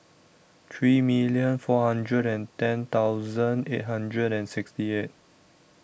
three million four hundred and ten thousand eight hundred and sixty eight